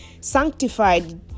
sanctified